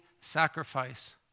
sacrifice